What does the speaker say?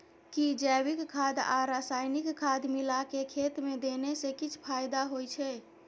कि जैविक खाद आ रसायनिक खाद मिलाके खेत मे देने से किछ फायदा होय छै?